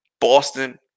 Boston